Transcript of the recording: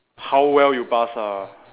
how well you pass ah